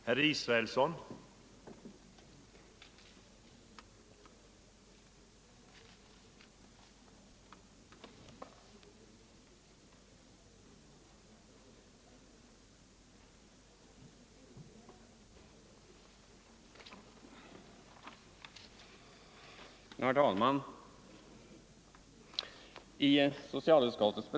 13 november 1974